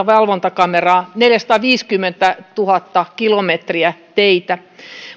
valvontakameraa neljäsataaviisikymmentätuhatta kilometriä teitä